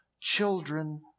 children